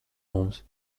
mums